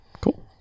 Cool